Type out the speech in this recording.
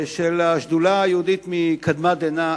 של השדולה היהודית מקדמת דנא,